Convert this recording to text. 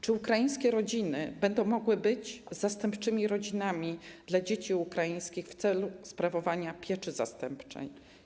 Czy ukraińskie rodziny będą mogły być zastępczymi rodzinami dla dzieci ukraińskich w celu sprawowania pieczy zastępczej?